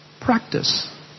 practice